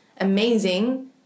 amazing